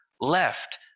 left